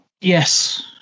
Yes